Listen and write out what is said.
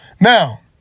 Now